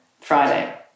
Friday